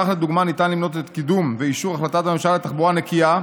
כך לדוגמה ניתן למנות את קידום ואישור החלטת הממשלה על תחבורה נקייה,